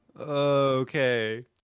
Okay